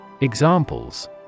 Examples